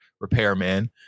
repairman